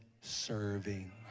serving